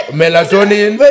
melatonin